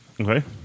Okay